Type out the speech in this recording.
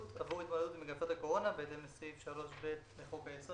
עבור התמודדות עם מגיפת הקורונה בהתאם לסעיף 3ב לחוק היסוד